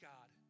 God